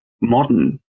modern